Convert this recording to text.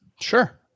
Sure